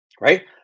Right